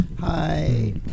Hi